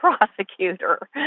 prosecutor